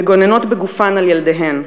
מגוננות בגופן על ילדיהן.